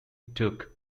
took